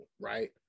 right